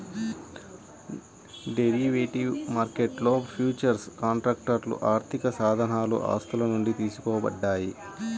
derivative మార్కెట్లో futures కాంట్రాక్ట్లు ఆర్థికసాధనాలు ఆస్తుల నుండి తీసుకోబడ్డాయి